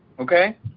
okay